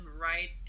right